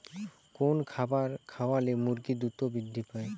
কোন খাবার খাওয়ালে মুরগি দ্রুত বৃদ্ধি পায়?